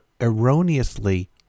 erroneously